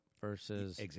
versus